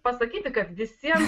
pasakyti kad visiems